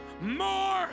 more